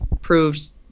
proves